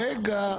רגע.